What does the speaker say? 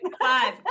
Five